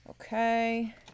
Okay